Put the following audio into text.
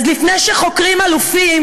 אז לפני שחוקרים אלופים